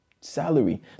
salary